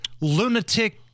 lunatic